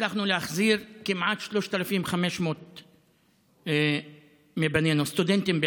הצלחנו להחזיר כמעט 3,500 מבנינו, סטודנטים בעיקר.